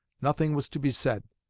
nothing was to be said,